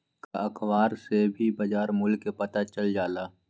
का अखबार से भी बजार मूल्य के पता चल जाला?